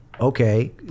okay